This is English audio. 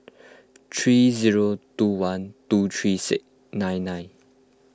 three zero two one two three nine nine